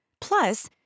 Plus